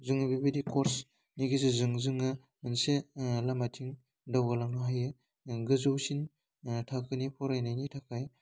जोङो बेबायदि कर्सनि गेजेरजों जोङो मोनसे लामाथिं दावगालांनो हायो गोजौसिन थाखोनि फरायनायनि थाखाय